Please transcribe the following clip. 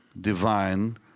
divine